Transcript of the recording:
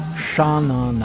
shannon